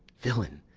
villain,